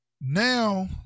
now